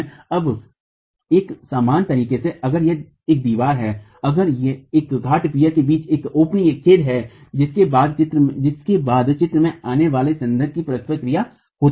अब एक समान तरीके से अगर यह एक दीवार है अगर यह घाटपियर के बीच एक छेद है जिसके बाद चित्र में आने वाले स्कन्ध की परस्पर क्रिया होती है